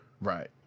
Right